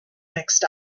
mixed